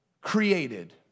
created